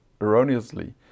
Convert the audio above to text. erroneously